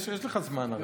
יש לך זמן, הרי.